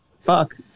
fuck